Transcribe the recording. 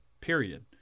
period